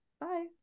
bye